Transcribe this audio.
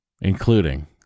including